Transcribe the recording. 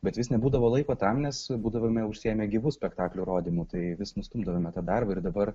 bet vis nebūdavo laiko tam nes būdavome užsiėmę gyvų spektaklių rodymu tai vis nustumdavome tą darbą ir dabar